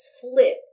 flip